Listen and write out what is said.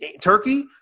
Turkey